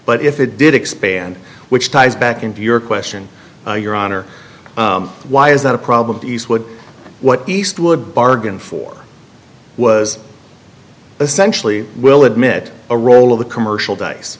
but if it did expand which ties back into your question your honor why is that a problem to eastwood what eastwood bargain for was essentially will admit a roll of the commercial di